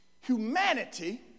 humanity